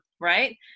right